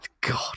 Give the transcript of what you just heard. God